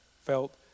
felt